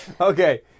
Okay